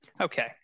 Okay